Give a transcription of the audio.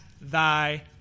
thy